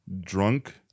Drunk